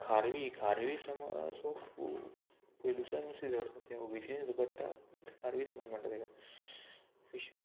खारवी खारवी समाज हो खूब पयलुच्यान नुस्तें धरता ते ओबीसीन सुद्दां पडटा ते खारवी समाज म्हणटा तेका फिश